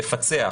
לפצח,